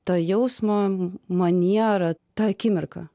tą jausmą manierą tą akimirką